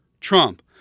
Trump